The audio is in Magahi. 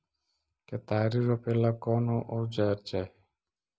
केतारी रोपेला कौन औजर चाही?